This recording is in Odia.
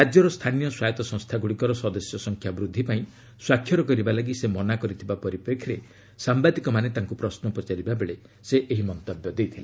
ରାଜ୍ୟର ସ୍ଥାନୀୟ ସ୍ୱାୟତ ସଂସ୍ଥାଗୁଡ଼ିକର ସଦସ୍ୟ ସଂଖ୍ୟା ବୃଦ୍ଧି ପାଇଁ ସ୍ୱାକ୍ଷର କରିବା ଲାଗି ସେ ମନା କରିଥିବା ପରିପ୍ରେକ୍ଷୀରେ ସାମ୍ବାଦିକମାନେ ତାଙ୍କୁ ପ୍ରଶ୍ନ ପଚାରିବା ବେଳେ ସେ ଏହି ମନ୍ତବ୍ୟ ଦେଇଥିଲେ